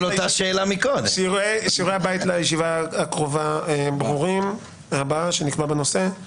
שיעורי הבית לישיבה הבאה שנקבע בנושא הזה ברורים.